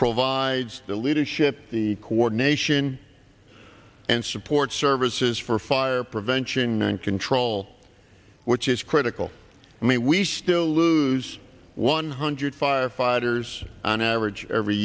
provides the leadership the coordination and support services for fire prevention and control which is critical i mean we still lose one hundred firefighters on average every